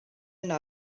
yna